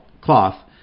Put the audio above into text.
cloth